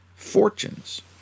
fortunes